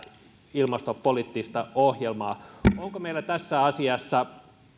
ilmastopoliittista ohjelmaa onko meillä tässä asiassa